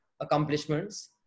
accomplishments